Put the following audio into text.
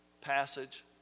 passage